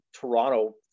Toronto